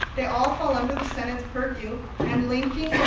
they all fall under the senate's purview and linking